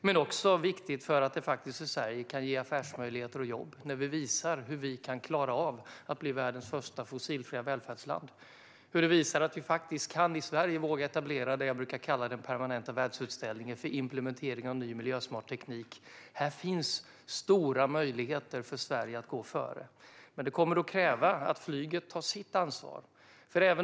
Det är också viktigt eftersom det i Sverige kan ge affärsmöjligheter och jobb när vi visar hur vi kan klara av att bli världens första fossilfria välfärdsland. Det kan visa att vi i Sverige vågar etablera det som jag brukar kalla den permanenta världsutställningen för implementering av miljösmart teknik. Sverige har stora möjligheter att gå före. Det kommer dock att kräva att flyget tar sitt ansvar.